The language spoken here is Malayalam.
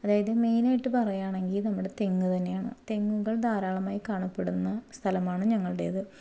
അതായത് മെയിനായിട്ട് പറയുകയണെങ്കിൽ നമ്മുടെ തെങ്ങ് തന്നെയാണ് തെങ്ങുകള് ധാരാളമായി കാണപ്പെടുന്ന സ്ഥലമാണ് ഞങ്ങളുടേത്